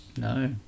no